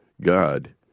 God